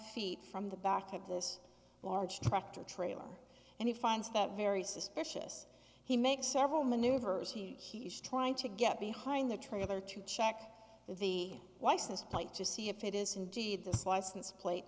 feet from the back of this large tractor trailer and he finds that very suspicious he makes several maneuvers he's trying to get behind the trailer to check the license plate to see if it is indeed this license plate